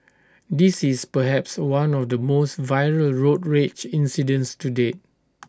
this is perhaps one of the most viral road rage incidents to date